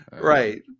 right